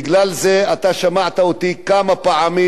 בגלל זה אתה שמעת אותי כמה פעמים: